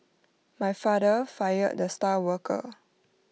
my father fired the star worker